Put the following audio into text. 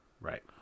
right